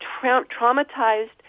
traumatized